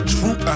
True